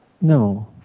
No